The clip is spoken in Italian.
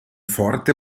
forte